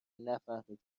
نفهمدیم